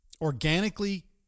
organically